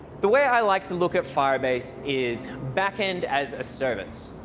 the way i like to look at firebase is backend as a service.